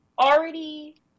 already